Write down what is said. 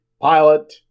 pilot